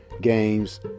games